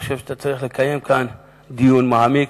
אני חושב שאתה צריך לקיים כאן דיון מעמיק,